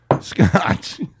Scotch